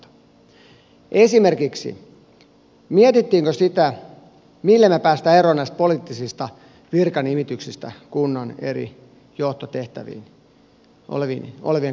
esimerkiksi mietittiinkö sitä millä me pääsemme eroon näistä poliittisista virkanimityksistä kunnan eri johtotehtäviin olevien kaupunginjohtajien osalta